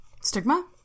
stigma